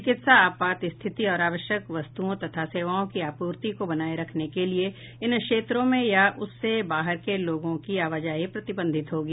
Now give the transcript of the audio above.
चिकित्सा आपात स्थिति और आवश्यक वस्तुओं तथा सेवाओं की आपूर्ति को बनाए रखने के लिए इन क्षेत्रों में या उससे बाहर के लोगों की आवाजाही प्रतिबंधित होगी